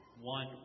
one